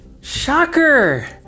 shocker